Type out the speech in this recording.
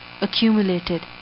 accumulated